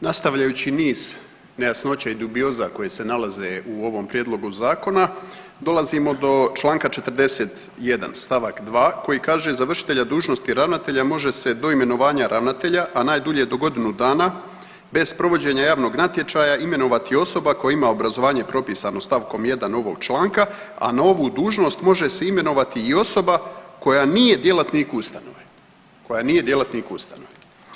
Nastavljajući niz nejasnoća i dubioza koje se nalaze u ovom prijedlogu Zakona, dolazimo do čl. 41 st. 2 koji kaže, za vršitelja dužnosti ravnatelja može se do imenovanja ravnatelja, a najdulje do godinu dana bez provođenja javnog natječaja imenovati osoba koja ima obrazovanje propisano st. 1 ovog članka, a na ovu dužnost može se imenovati i osoba koja nije djelatnik ustanove, koja nije djelatnik ustanove.